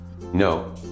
No